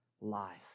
life